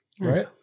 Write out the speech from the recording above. right